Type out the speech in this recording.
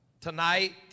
tonight